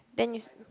then you